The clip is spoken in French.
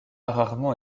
rarement